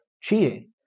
cheating